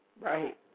Right